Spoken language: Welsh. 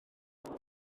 rhydd